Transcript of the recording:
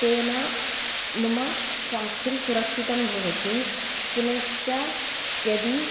तेन मम स्वास्थ्यं सुरक्षितं भवति पुनश्च यदि